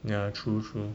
ya true true